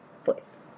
Voice